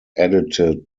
edited